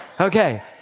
Okay